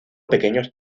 pequeños